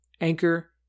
Anchor